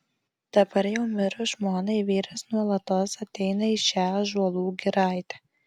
dabar jau mirus žmonai vyras nuolatos ateina į šią ąžuolų giraitę